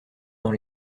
dans